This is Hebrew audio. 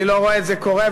אני לא רואה את זה קורה,